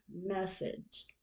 message